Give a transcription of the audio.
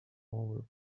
over